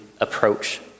approach